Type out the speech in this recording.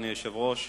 אדוני היושב-ראש,